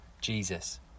Jesus